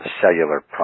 cellular